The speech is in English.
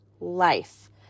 life